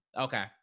Okay